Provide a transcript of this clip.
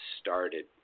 started